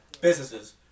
businesses